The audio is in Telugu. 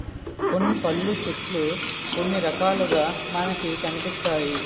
కొన్ని పళ్ళు చెట్లు కొన్ని రకాలుగా మనకి కనిపిస్తాయి